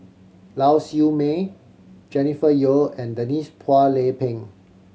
Lau Siew Mei Jennifer Yeo and Denise Phua Lay Peng